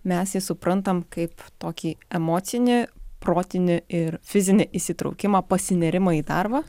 mes jį suprantam kaip tokį emocinį protinį ir fizinį įsitraukimą pasinėrimo į darbą